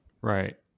Right